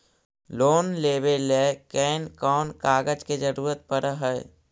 Loan लेबे ल कैन कौन कागज के जरुरत पड़ है?